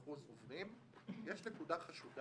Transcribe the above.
12% עוברים, יש נקודה חשודה